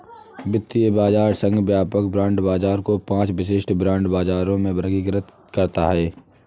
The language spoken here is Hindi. वित्तीय बाजार संघ व्यापक बांड बाजार को पांच विशिष्ट बांड बाजारों में वर्गीकृत करता है